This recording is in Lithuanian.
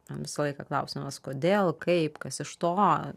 ten visą laiką klausimas kodėl kaip kas iš to